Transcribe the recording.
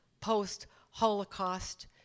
post-Holocaust